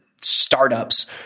startups